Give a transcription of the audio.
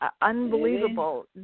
unbelievable